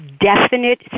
definite